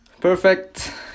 perfect